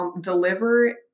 deliver